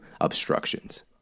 obstructions